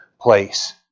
place